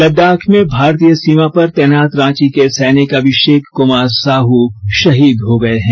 लददाख में भारतीय सीमा पर तैनात रांची के सैनिक अभिशेक कुमार साहू भाहीद हो गए हैं